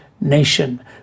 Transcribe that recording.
nation